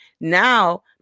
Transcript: Now